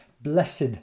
Blessed